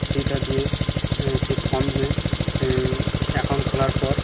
সেইটা দিয়ে সেই ফর্মে অ্যাকাউন্ট খোলার পর